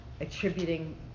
Attributing